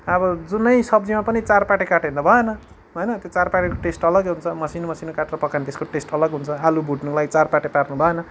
अब जुनै सब्जीमा पनि चारपाटे काट्यो भने त भएन होइन त्यो चारपाटेको टेस्ट अलग्गै हुन्छ मसिनो मसिनो काटेर पकायो भने त्यसको टेस्ट अलग्गै हुन्छ आलु भुट्नुको लागि चारपाटे पार्नु भएन